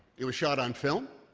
it was shot on film,